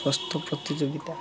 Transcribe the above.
ସ୍ୱାସ୍ଥ୍ୟ ପ୍ରତିଯୋଗିତା